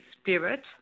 spirit